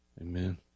Amen